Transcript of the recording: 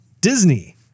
Disney